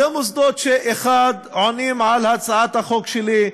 אלה מוסדות, 1. שעונים על הצעת החוק שלי,